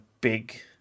big